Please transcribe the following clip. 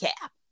cap